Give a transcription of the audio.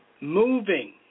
moving